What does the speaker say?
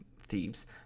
thieves